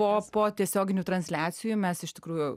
po po tiesioginių transliacijų mes iš tikrųjų